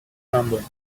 rumbling